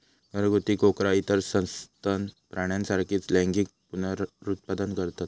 घरगुती कोकरा इतर सस्तन प्राण्यांसारखीच लैंगिक पुनरुत्पादन करतत